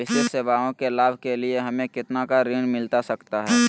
विशेष सेवाओं के लाभ के लिए हमें कितना का ऋण मिलता सकता है?